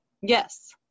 Yes